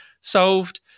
solved